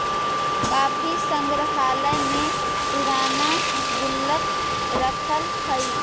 काफी संग्रहालय में पूराना गुल्लक रखल हइ